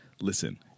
listen –